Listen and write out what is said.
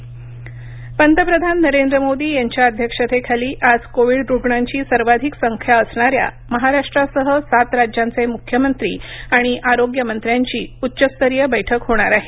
पंतप्रधान पंतप्रधान नरेंद्र मोदी यांच्या अध्यक्षतेखाली आज कोविड रुग्णांची सर्वाधिक संख्या असणाऱ्या महाराष्ट्रासह सात राज्यांचे मुख्यमंत्री आणि आरोग्य मंत्र्यांची उच्चस्तरीय बैठक होणार आहे